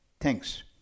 Thanks